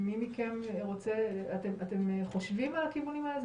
אתם חושבים על הכיוונים האלה?